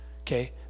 okay